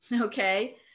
Okay